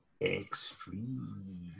extreme